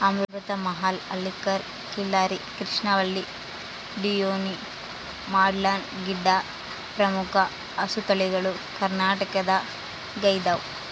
ಅಮೃತ ಮಹಲ್ ಹಳ್ಳಿಕಾರ್ ಖಿಲ್ಲರಿ ಕೃಷ್ಣವಲ್ಲಿ ಡಿಯೋನಿ ಮಲ್ನಾಡ್ ಗಿಡ್ಡ ಪ್ರಮುಖ ಹಸುತಳಿಗಳು ಕರ್ನಾಟಕದಗೈದವ